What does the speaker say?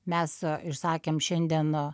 mes išsakėm šiandien